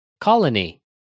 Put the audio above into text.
colony